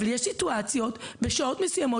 אבל יש סיטואציות בשעות מסוימות